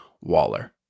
Waller